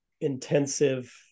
intensive